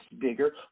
bigger